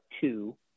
two